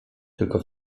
tylko